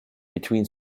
between